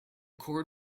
cord